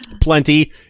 Plenty